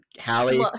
Hallie